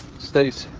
stays